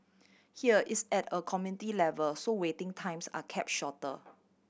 here it's at a community level so waiting times are kept shorter